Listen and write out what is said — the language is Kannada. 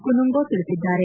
ಕನುಂಗೊ ತಿಳಿಸಿದ್ದಾರೆ